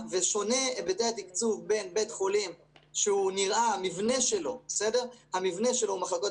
היבטי התקצוב שונים בין בית חולים שהמבנה שלו הוא מחלקות